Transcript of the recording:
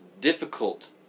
difficult